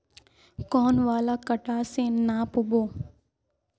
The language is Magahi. कौन वाला कटा से नाप बो?